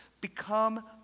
become